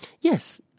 yes